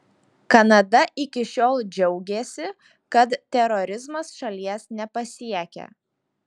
kanada iki šiol džiaugėsi kad terorizmas šalies nepasiekia